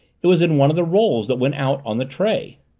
it was in one of the rolls that went out on the tray.